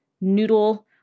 noodle